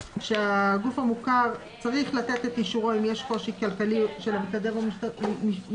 שהגוף המוכר צריך לתת את אישורו אם יש קושי כלכלי של המתנדב או משפחתו,